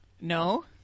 No